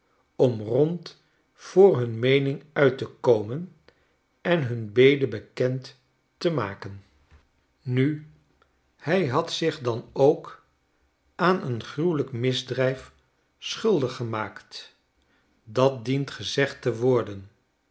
om rond voor hun meening uit te komen en hun bede bekend te maken nu hij had zich dan ook aan een gruwelijk misdrijf schuldig gemaakt dat dient gezegd te worden